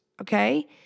Okay